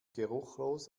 geruchlos